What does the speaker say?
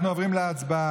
אנחנו עוברים להצבעה,